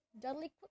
Dudley